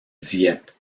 dieppe